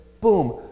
boom